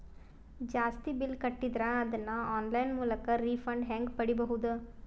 ಜಾಸ್ತಿ ಬಿಲ್ ಕಟ್ಟಿದರ ಅದನ್ನ ಆನ್ಲೈನ್ ಮೂಲಕ ರಿಫಂಡ ಹೆಂಗ್ ಪಡಿಬಹುದು?